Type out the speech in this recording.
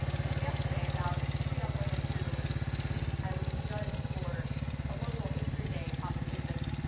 since yesterday about two young women who i was a judge for a local history day competition.